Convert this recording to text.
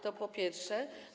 To po pierwsze.